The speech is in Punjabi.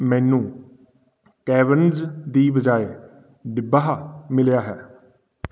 ਮੈਨੂੰ ਕੈਵਿਨਜ਼ ਦੀ ਬਜਾਏ ਡਿਬਹਾ ਮਿਲਿਆ ਹੈ